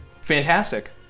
Fantastic